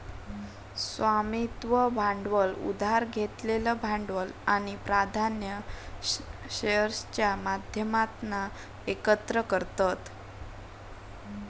स्वामित्व भांडवल उधार घेतलेलं भांडवल आणि प्राधान्य शेअर्सच्या माध्यमातना एकत्र करतत